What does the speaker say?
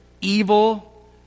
evil